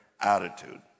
attitude